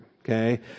okay